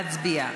להצביע.